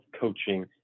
coaching